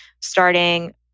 starting